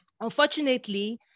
unfortunately